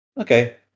Okay